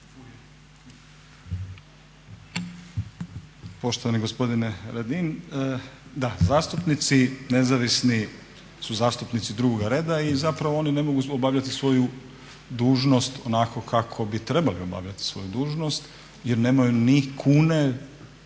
Poštovani gospodine Radin, da, zastupnici nezavisni su zastupnici drugoga reda i zapravo oni ne mogu obavljati svoju dužnost onako kako bi trebali obavljati svoju dužnost jer nemaju ni kune